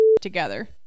together